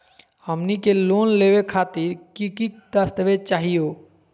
हमनी के लोन लेवे खातीर की की दस्तावेज चाहीयो?